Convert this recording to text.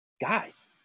guys